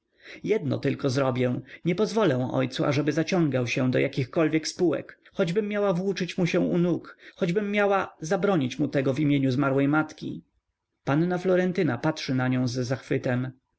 jedno tylko zrobię nie pozwolę ojcu ażeby zaciągał się do jakichkolwiek spółek choćbym miała włóczyć mu się u nóg choćbym miała zabronić mu tego w imieniu zmarłej matki panna florentyna patrzy na nią z zachwytem